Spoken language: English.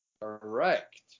correct